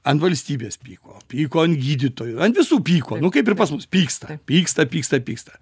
ant valstybės pyko pyko ant gydytojų ant visų pyko nu kaip ir pas mus pyksta pyksta pyksta pyksta